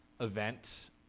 event